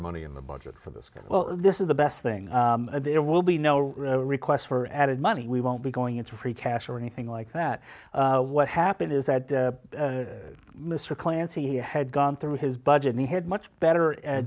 money in the budget for this well this is the best thing there will be no requests for added money we won't be going into free cash or anything like that what happened is that mr clancy had gone through his budget he had much better